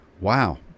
wow